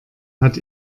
hat